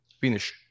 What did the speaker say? finish